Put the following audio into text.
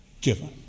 given